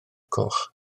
coch